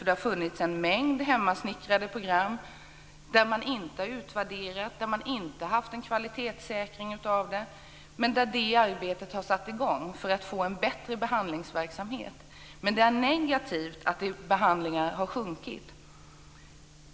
Det har funnits en mängd hemsnickrade program där man inte har utvärderat och inte haft kvalitetssäkring men där det arbetet har satt i gång för att få en bättre behandlingsverksamhet. Å andra sidan är det negativt att behandlingarna har minskat.